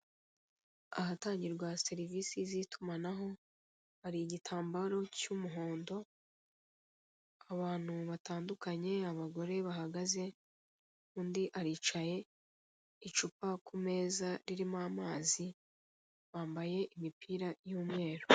Ahatangirwa serivisi z'itumanaho, hari igitambaro cy'umuhondo, abantu batandukanye abagore bahagaze, undi aricaye, icupa ku meza ririmo amazi, bambaye imipira y'umweru.